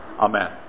Amen